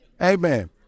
Amen